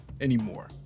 anymore